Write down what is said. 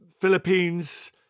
Philippines